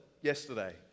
yesterday